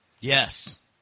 yes